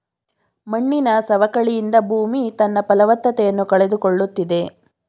ಮಣ್ಣಿನ ಸವಕಳಿಯಿಂದ ಭೂಮಿ ತನ್ನ ಫಲವತ್ತತೆಯನ್ನು ಕಳೆದುಕೊಳ್ಳುತ್ತಿದೆ